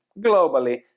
globally